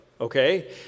okay